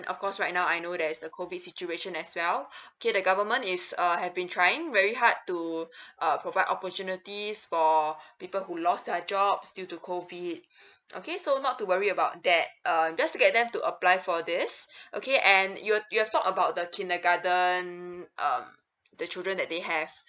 of course right now I know there's a COVID situation as well okay the government is uh have been trying very hard to uh provide opportunities for people who lost their jobs due to COVID okay so not to worry about that uh just get them to apply for this okay and you're you're talk about the kindergarten um the children that they have